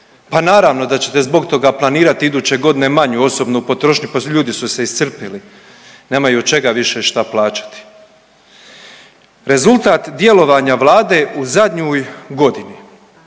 pa naravno da ćete zbog toga planirati iduće godine manju osobnu potrošnju, pa ljudi su se iscrpili, nemaju od čega više šta plaćati. Rezultat djelovanja vlade u zadnjoj godini